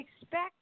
expect